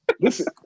Listen